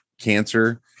cancer